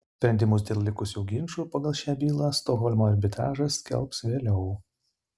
sprendimus dėl likusių ginčų pagal šią bylą stokholmo arbitražas skelbs vėliau